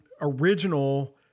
original